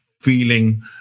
feeling